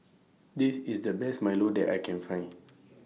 This IS The Best Milo that I Can Find